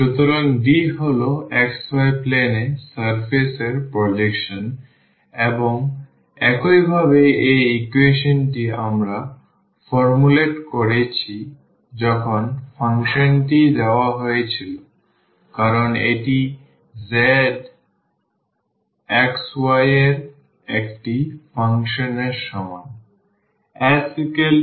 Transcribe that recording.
সুতরাং D হল xy plane এ সারফেস এর প্রজেকশন এবং একইভাবে এই ইকুয়েশনটি আমরা প্রণয়ন করেছি যখন ফাংশনটি দেওয়া হয়েছিল কারণ এই z টি xy এর একটি ফাংশনের সমান